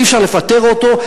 אי-אפשר לפטר אותו,